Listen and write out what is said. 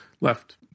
left